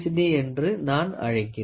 D என்று நான் அழைக்கிறேன்